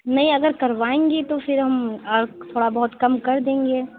نہیں اگر کروائیں گی تو پھر ہم آپ تھوڑا بہت کم کر دیں گے